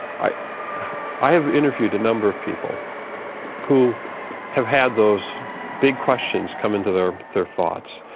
i i have interviewed a number of people who have had those big questions come into their their thoughts.